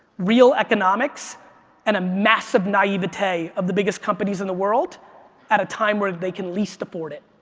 real economics and a massive naivete of the biggest companies in the world at a time where they can least afford it.